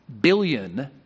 billion